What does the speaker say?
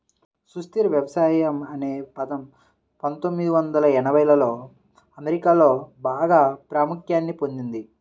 సుస్థిర వ్యవసాయం అనే పదం పందొమ్మిది వందల ఎనభైలలో అమెరికాలో బాగా ప్రాముఖ్యాన్ని పొందింది